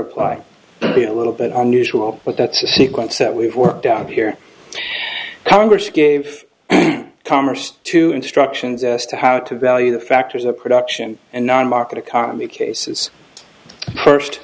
apply to be a little bit unusual but that's the sequence that we've worked out here the congress gave and commerce to instructions as to how to value the factors of production and non market economy cases first